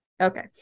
Okay